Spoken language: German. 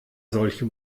solche